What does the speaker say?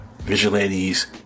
vigilantes